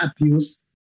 abuse